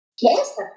Yes